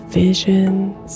visions